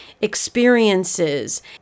experiences